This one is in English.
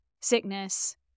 Sickness